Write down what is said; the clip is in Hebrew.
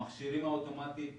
המכשירים האוטומטיים,